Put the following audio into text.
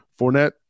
Fournette